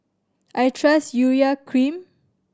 I trust Urea Cream